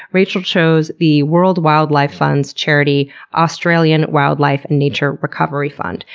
rachel chose the world wildlife fund's charity australian wildlife and nature recovery fund,